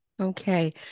Okay